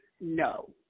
No